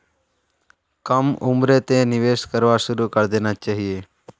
कम उम्रतें निवेश करवा शुरू करे देना चहिए